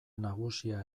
nagusia